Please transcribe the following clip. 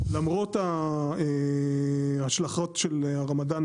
למרות ההשלכות של הרמדאן